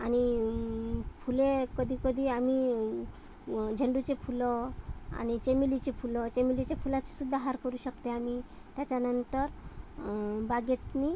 आणि फुले कधी कधी आम्ही झेंडुची फुलं आणि चमेलीची फुलं चमेलीच्या फुलाचा सुद्धा हार करू शकतो आम्ही त्याच्यानंतर बागेत